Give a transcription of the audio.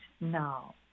now